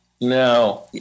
No